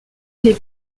les